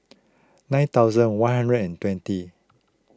nine thousand one hundred and twenty